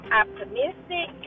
optimistic